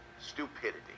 stupidity